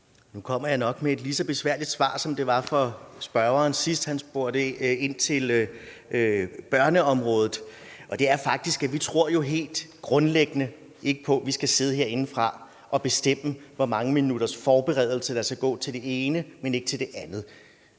Nu kommer jeg nok med et svar, der er lige så besværligt for hr. Jacob Mark, som det var, sidst han spurgte ind til børneområdet. Og det er, at vi faktisk helt grundlæggende ikke tror på, at man herindefra skal sidde og bestemme, hvor mange minutters forberedelse der skal gå til det ene, men ikke til det andet.